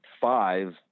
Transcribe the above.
five